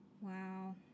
Wow